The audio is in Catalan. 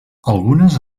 algunes